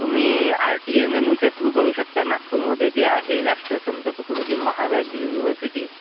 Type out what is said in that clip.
तुम्ही आरटीएमएनयूच्या थ्रू करू शकता नागपूरमध्ये जे आहे राष्ट्रसंत तुकडोजी महाराज युनिवर्सिटी